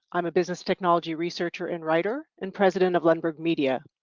i'm a business technology researcher and writer and president of lundberg media,